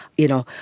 you know,